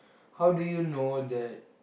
how do you know that